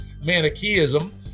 manichaeism